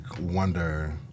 wonder